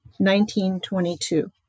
1922